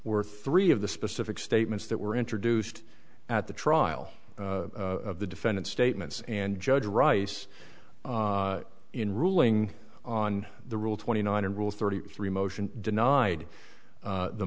were three of the specific statements that were introduced at the trial of the defendant's statements and judge rice in ruling on the rule twenty nine and rule thirty three motion denied